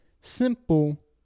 simple